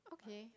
okay